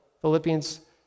Philippians